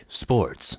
sports